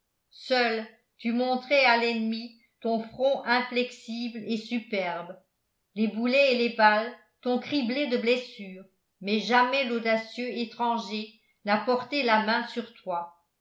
seul tu montrais à l'ennemi ton front inflexible et superbe les boulets et les balles t'ont criblé de blessures mais jamais l'audacieux étranger n'a porté la main sur toi